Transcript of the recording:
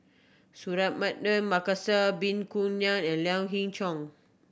Markasan Ngan and Lien Hing Chow